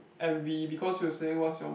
envy because he was saying what's your